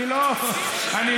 1,000 שרפות.